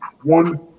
one